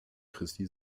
christi